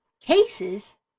cases